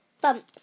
bump